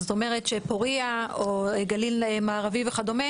זאת אומרת שפוריה או גליל מערבי וכדומה